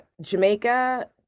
Jamaica